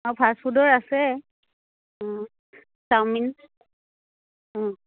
অঁ ফাষ্টফুডৰ আছে অঁ চাওমিন অঁ